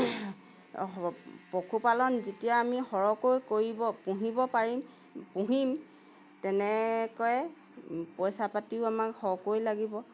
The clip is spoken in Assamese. পশুপালন যেতিয়া আমি সৰহকৈ কৰিব পুহিব পাৰিম পুহিম তেনেকৈ পইচা পাতিও আমাক সৰহকৈ লাগিব